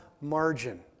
margin